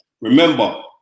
remember